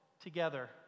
together